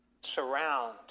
Surround